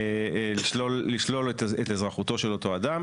לשלול את אזרחותו של אותו אדם